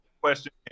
question